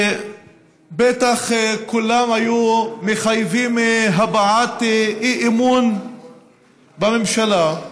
שבטח כולם היו מחייבים הבעת אי-אמון בממשלה,